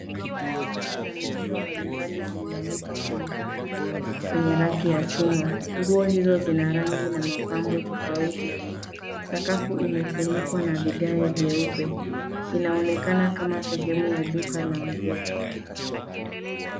Nguo nyingi za mitindo mbalimbali zimeanikwa kwenye hanga kwenye ragi ya chuma. Nguo hizo zina rangi na mapambo tofauti. Sakafu imefunikwa na vigai vyeupe. Inaonekana kama sehemu ya duka la nguo.